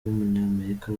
w’umunyamerika